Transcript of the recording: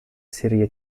serie